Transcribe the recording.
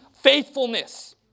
faithfulness